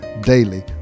Daily